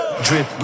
Drip